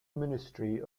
ministry